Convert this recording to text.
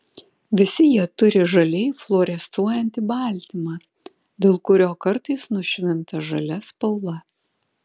visi jie turi žaliai fluorescuojantį baltymą dėl kurio kartais nušvinta žalia spalva